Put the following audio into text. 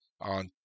on